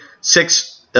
six